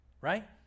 right